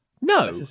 No